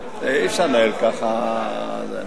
אי-אפשר לנהל ככה, שעת סיכום.